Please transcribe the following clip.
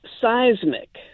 seismic